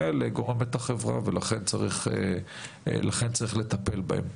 גורמת החברה (על פי הנתונים שהיא הציגה) ולכן צריך לטפל בהם.